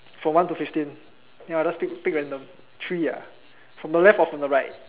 from one to fifteen ya just pick pick random three ah from the left or from the right